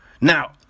Now